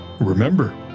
Remember